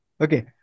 Okay